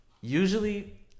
usually